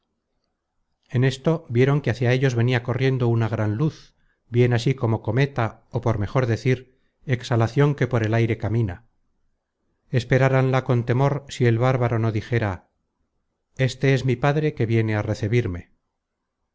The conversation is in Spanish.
en esto vieron que hacia ellos venia corriendo una gran luz bien así como cometa ó por mejor decir exhalacion que por el aire camina esperáranla con temor si el bárbaro no dijera este es mi padre que viene á recebirme